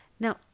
Now